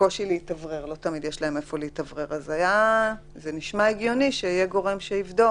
לכן זה נשמע הגיוני שיהיה גורם שיבדוק